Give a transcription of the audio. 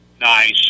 nice